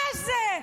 מה זה?